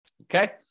Okay